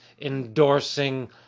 endorsing